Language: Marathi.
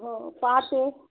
हो पाहाते